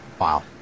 Wow